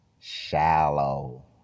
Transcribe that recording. Shallow